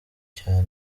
cyane